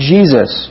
Jesus